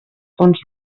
fons